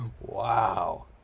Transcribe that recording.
Wow